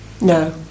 No